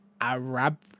Arab